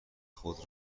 خود